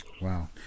Wow